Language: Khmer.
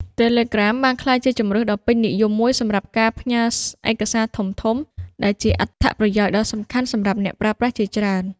Telegram បានក្លាយជាជម្រើសដ៏ពេញនិយមមួយសម្រាប់ការផ្ញើឯកសារធំៗ ដែលជាអត្ថប្រយោជន៍ដ៏សំខាន់សម្រាប់អ្នកប្រើប្រាស់ជាច្រើន។